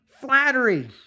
flattery